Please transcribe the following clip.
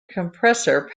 compressor